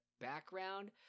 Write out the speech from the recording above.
background